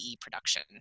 production